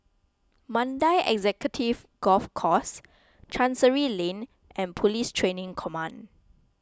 Mandai Executive Golf Course Chancery Lane and Police Training Command